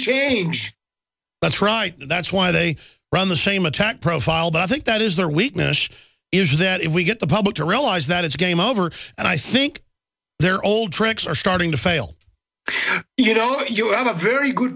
change that's right that's why they run the same attack profile that i think that is their weakness is that if we get the public to realize that it's game over and i think their old tricks are starting to fail you know you've got a very good